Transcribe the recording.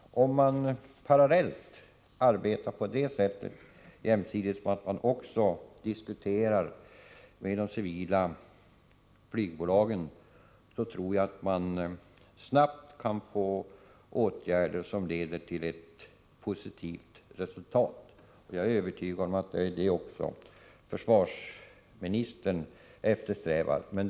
Om man arbetar på det sättet jämsides med att diskutera med de civila flygbolagen, tror jag att åtgärderna snabbt kommer att leda till ett positivt resultat. Jag är övertygad om att försvarsministern också eftersträvar detta.